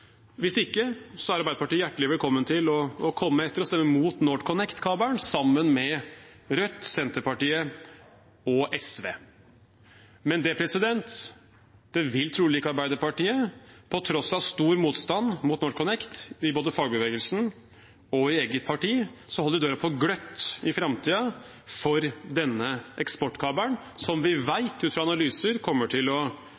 Hvis det er tilfellet, er Arbeiderpartiet hjertelig velkommen til å komme etter og stemme imot NorthConnect-kabelen, sammen med Rødt, Senterpartiet og SV. Men det vil trolig ikke Arbeiderpartiet. På tross av stor motstand mot NorthConnect både i fagbevegelsen og i eget parti holder de døra på gløtt i framtiden for denne eksportkabelen, som vi vet, ut fra analyser, kommer til å